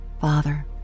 father